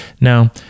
Now